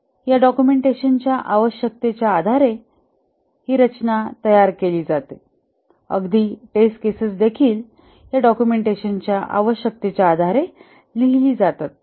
या डॉक्युमेंटेशनच्या आवश्यकतेच्या आधारे ही रचना तयार केली आहे अगदी टेस्ट केसेस देखील या डॉक्युमेंटेशनच्या आवश्यकतेच्या आधारे लिहिली जातात